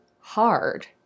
hard